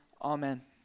Amen